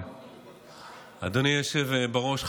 אדוני היושב בראש,